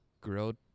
Grilled